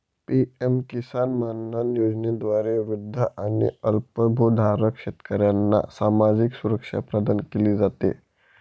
PM किसान मानधन योजनेद्वारे वृद्ध आणि अल्पभूधारक शेतकऱ्यांना सामाजिक सुरक्षा प्रदान केली जाते